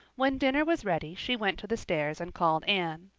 when dinner was ready she went to the stairs and called anne.